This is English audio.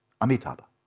Amitabha